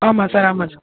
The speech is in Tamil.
ஆமாம் சார் ஆமாம் சார்